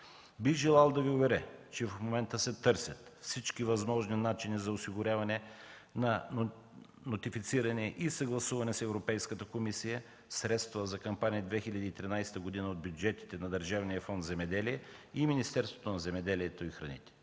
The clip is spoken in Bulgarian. Бих желал да Ви уверя, че в момента се търсят всички възможни начини за осигуряване, нотифициране и съгласуване с Европейската комисия на средства за кампания за 2013 г. от бюджетите на Държавния фонд „Земеделие” и Министерството на земеделието и храните.